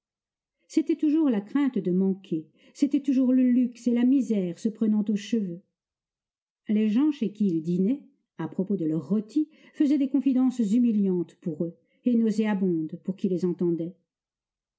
c'était toujours la crainte de manquer c'étaient toujours le luxe et la misère se prenant aux cheveux les gens chez qui il dînait à propos de leur rôti faisaient des confidences humiliantes pour eux et nauséabondes pour qui les entendait